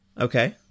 Okay